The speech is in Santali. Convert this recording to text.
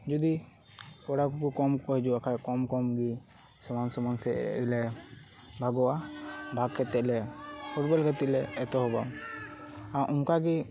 ᱡᱩᱫᱤ ᱠᱚᱲᱟ ᱠᱚ ᱠᱚᱢ ᱠᱚ ᱦᱤᱡᱩᱜ ᱠᱷᱟᱡ ᱠᱚᱢ ᱠᱚᱢ ᱜᱤ ᱥᱚᱢᱟᱱ ᱥᱚᱢᱟᱱ ᱥᱮᱡ ᱞᱮ ᱵᱷᱟᱜᱚᱜᱼᱟ ᱵᱷᱟᱜᱽ ᱠᱟᱛᱮᱜ ᱞᱮ ᱯᱷᱩᱴᱵᱚᱞ ᱜᱟᱛᱮᱜ ᱞᱮ ᱮᱛᱚᱦᱚᱵᱟ ᱚᱱᱠᱟ ᱜᱮ